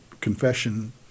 confession